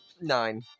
nine